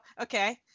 Okay